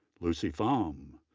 lucy pham,